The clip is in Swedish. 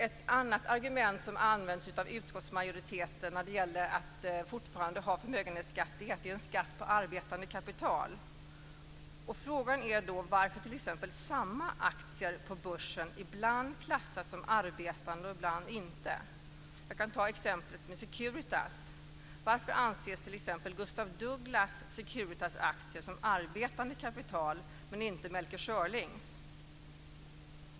Ett annat argument som används av utskottsmajoriteten när det gäller att fortfarande ha förmögenhetsskatt är att det är en skatt på arbetande kapital. Frågan är då varför t.ex. samma aktier på börsen ibland klassas som arbetande och ibland inte. Jag kan ta exemplet med Securitas. Varför anses t.ex. Gustaf Douglas Securitasaktier vara arbetande kapital, men inte Melker Schörlings?